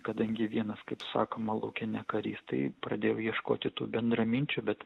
kadangi vienas kaip sakoma lauke ne karys tai pradėjau ieškoti tų bendraminčių bet